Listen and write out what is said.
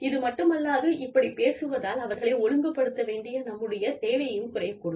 இதுமட்டுமல்லாது இப்படிப் பேசுவதால் அவர்களை ஒழுங்குப்படுத்த வேண்டிய நம்முடைய தேவையும் குறையக் கூடும்